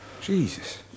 Jesus